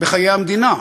בחיי המדינה.